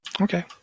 Okay